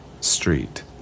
street